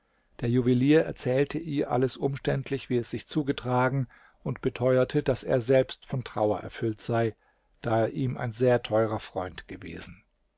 der juwelier erzählte ihr alles umständlich wie es sich zugetragen und beteuerte daß er selbst von trauer erfüllt sei da er ihm ein sehr teurer freund gewesen